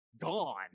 gone